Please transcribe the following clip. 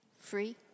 free